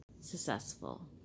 successful